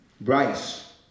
Bryce